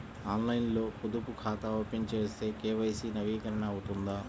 ఆన్లైన్లో పొదుపు ఖాతా ఓపెన్ చేస్తే కే.వై.సి నవీకరణ అవుతుందా?